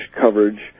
coverage